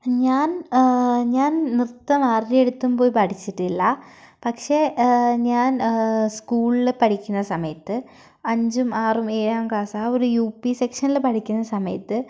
ഞാൻ ഞാൻ നൃത്തം ആരുടെ അടുത്തും പോയി പഠിച്ചിട്ടില്ല പക്ഷേ ഞാൻ സ്കൂളിൽ പഠിക്കണ സമയത്ത് അഞ്ചും ആറും ഏഴാം ക്ലാസ് ആ ഒരു യു പി സെക്ഷനിൽ പഠിക്കുന്ന സമയത്ത്